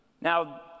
Now